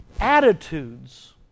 attitudes